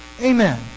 Amen